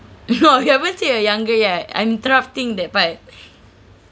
no you haven't said you're younger yet I'm interrupting that part